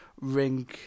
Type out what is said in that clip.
ring